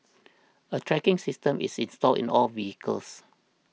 a tracking system is installed in all vehicles